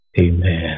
amen